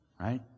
right